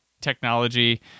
technology